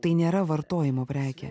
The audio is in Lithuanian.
tai nėra vartojimo prekė